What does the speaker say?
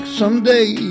someday